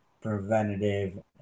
preventative